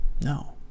No